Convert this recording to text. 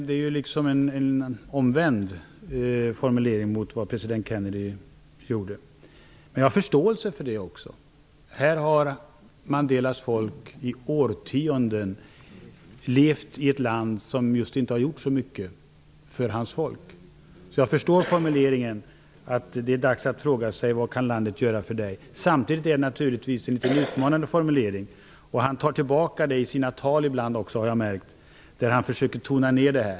Det är en omvänd formulering mot den president Kennedy använde. Jag har förståelse för det. Här har Mandelas folk i årtionden levt i ett land som just inte har gjort så mycket för hans folk. Jag förstår formuleringen. Det är dags att fråga sig: Vad kan landet göra för dig? Samtidigt är det naturligtvis en något utmanande formulering. Jag har också märkt att han tar tillbaka detta litet grand i sina tal, där han försöker tona ned det.